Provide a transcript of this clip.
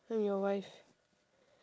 I'm your wife